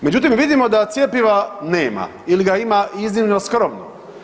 Međutim, vidimo da cjepiva nema ili ga ima iznimno skromno.